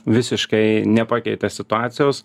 visiškai nepakeitė situacijos